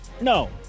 No